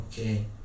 okay